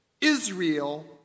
Israel